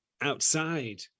outside